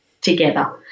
together